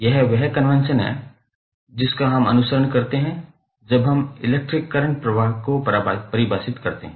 यह वह कन्वेंशन है जिसका हम अनुसरण करते हैं जब हम इलेक्ट्रिक करंट प्रवाह को परिभाषित करते हैं